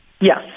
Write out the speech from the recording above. Yes